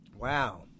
Wow